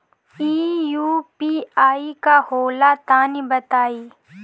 इ यू.पी.आई का होला तनि बताईं?